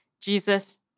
Jesus